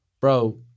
bro